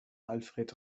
alfred